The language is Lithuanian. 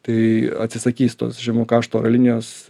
tai atsisakys tos žemų kaštų oro linijos